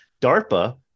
darpa